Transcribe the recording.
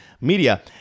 Media